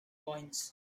coins